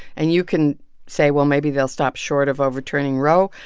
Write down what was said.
and you can say, well, maybe they'll stop short of overturning roe.